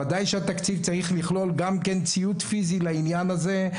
ודאי שהתקציב צריך לכלול גם ציוד פיזי לעניין הזה,